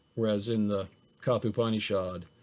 whereas in the katha upanishad,